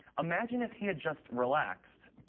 imagine if he had just relaxed.